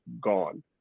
gone